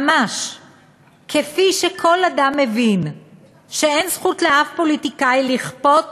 ממש כפי שכל אדם מבין שאין זכות לאף פוליטיקאי לכפות